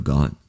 God